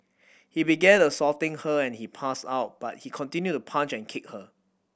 he began assaulting her and she passed out but he continued to punch and kick her